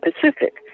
Pacific